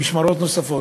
במשמרות נוספות.